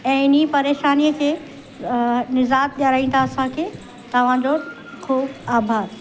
ऐं इन परेशानीअ खे निज़ाद ॾियाराईंदा असांखे तव्हांजो ख़ूबु आभारु